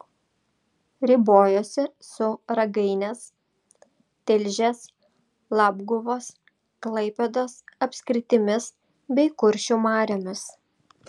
ribojosi su ragainės tilžės labguvos klaipėdos apskritimis bei kuršių mariomis